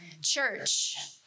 Church